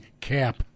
cap